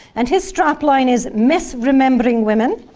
and his strapline is misremembering women.